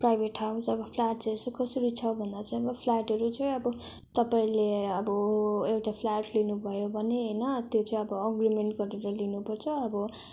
private house अब फ्ल्याटहरू चाहिँ कसरी छ भन्दा चाहिँ अब फ्ल्याटहरू चाहिँ अब तपाईँले अब एउटा फ्ल्याट लिनु भयो भने होइन त्यो चाहिँ अब अग्रिमेन्ट गरेर लिनु पर्छ अब